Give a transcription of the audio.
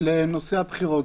לנושא הבחירות.